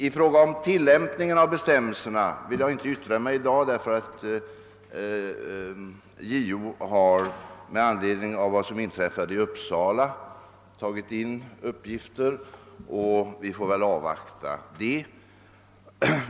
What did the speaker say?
I fråga om tillämpningen av bestämmelserna vill jag i dag inte yttra mig, därför att JO har med anledning av vad som inträffat i Uppsala hämtat in uppgifter, och vi måste avvakta denna utredning.